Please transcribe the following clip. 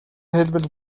хэлбэл